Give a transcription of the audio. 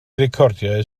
recordiau